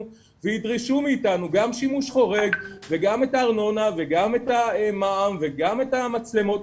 וידרשו מאתנו גם שימוש חורג וגם את הארנונה וגם את המע"מ וגם את המצלמות,